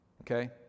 okay